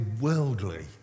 worldly